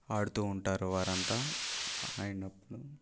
ఆడుతూ ఉంటారు వారంతా అయినప్పుడు